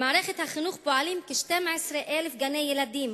במערכת החינוך פועלים כ-12,000 גני-ילדים,